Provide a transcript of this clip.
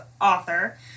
author